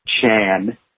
chan